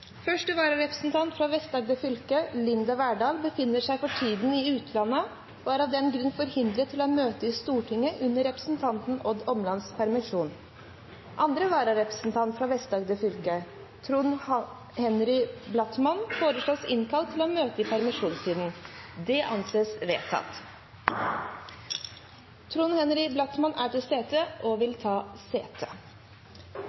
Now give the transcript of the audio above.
Første vararepresentant for Vest-Agder fylke, Linda Verdal, befinner seg for tiden i utlandet og er av den grunn forhindret fra å møte i Stortinget under representanten Odd Omlands permisjon. Andre vararepresentant for Vest-Agder fylke, Trond Henry Blattmann, foreslås innkalt for å møte i permisjonstiden. – Det anses vedtatt. Trond Henry Blattmann er til stede og vil ta sete.